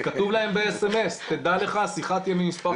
כתוב להם באס.אמ.אס שהשיחה תהיה ממספר חסום.